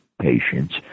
patients